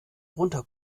runter